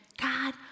God